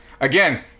Again